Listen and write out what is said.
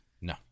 No